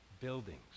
buildings